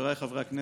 חבריי חברי הכנסת,